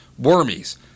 Wormies